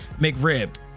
McRib